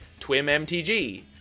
twimmtg